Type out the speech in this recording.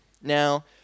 Now